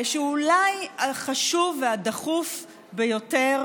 שהוא אולי החשוב והדחוף ביותר